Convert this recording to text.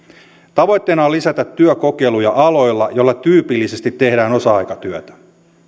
tavoitteena on lisätä työkokeiluja aloilla joilla tyypillisesti tehdään osa aikatyötä